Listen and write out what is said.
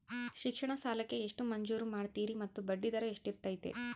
ಶಿಕ್ಷಣ ಸಾಲಕ್ಕೆ ಎಷ್ಟು ಮಂಜೂರು ಮಾಡ್ತೇರಿ ಮತ್ತು ಬಡ್ಡಿದರ ಎಷ್ಟಿರ್ತೈತೆ?